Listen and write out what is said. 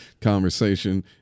conversation